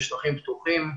בשטחים פתוחים,